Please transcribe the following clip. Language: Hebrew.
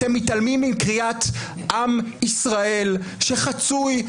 אתם מתעלמים מקריאת עם ישראל שחצוי,